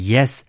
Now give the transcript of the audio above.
Yes